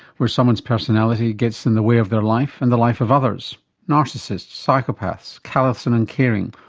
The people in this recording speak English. where someone's personality gets in the way of their life and the life of others narcissists, psychopaths, callous and uncaring,